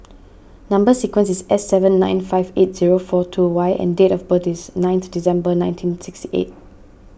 Number Sequence is S seven nine five eight zero four two Y and date of birth is ninth December nineteen sixty eight